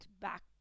back